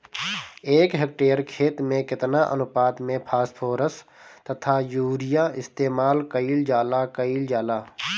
एक हेक्टयर खेत में केतना अनुपात में फासफोरस तथा यूरीया इस्तेमाल कईल जाला कईल जाला?